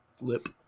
Lip